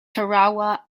tarawa